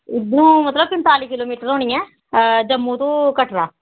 इद्धरा मतलब पंताली किलोमीटर होनी ऐ आं जम्मू तू कटरा